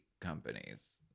Companies